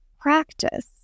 practice